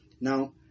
Now